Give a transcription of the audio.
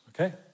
okay